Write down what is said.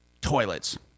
toilets